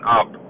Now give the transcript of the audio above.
up